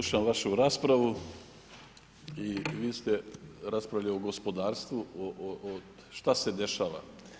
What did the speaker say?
Slušam vašu raspravu i vi ste raspravljali o gospodarstvu, o šta se dešava.